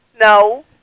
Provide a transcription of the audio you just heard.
No